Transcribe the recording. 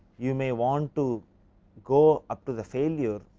you may want to go up to the failure,